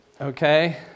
Okay